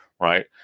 right